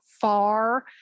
far